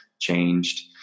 changed